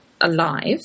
alive